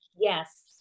Yes